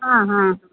हाँ हाँ